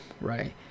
right